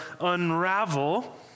unravel